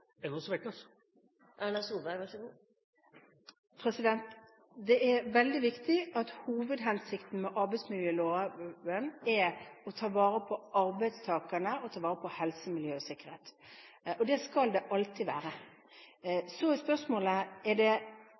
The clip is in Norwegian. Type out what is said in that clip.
Det er veldig viktig at hovedhensikten med arbeidsmiljøloven er å ta vare på arbeidstakerne og å ta vare på helse, miljø og sikkerhet. Det skal det alltid være. Så er spørsmålet: En del av de erfaringene som er